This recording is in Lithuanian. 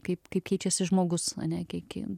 kaip kaip keičiasi žmogus ane kiek ki